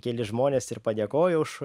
keli žmonės ir padėkojo už